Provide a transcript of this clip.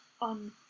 on